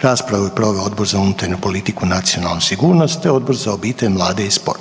Raspravu je proveo Odbor za unutarnju politiku i nacionalnu sigurnost te Odbor za obitelj, mlade i sport.